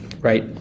right